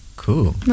Cool